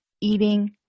eating